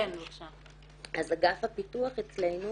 אגף הפיתוח אצלנו